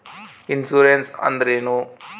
Insurance ಅಂದ್ರೇನು?